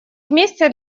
вместе